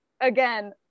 again